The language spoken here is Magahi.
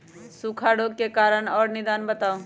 सूखा रोग के कारण और निदान बताऊ?